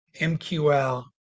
MQL